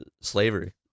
slavery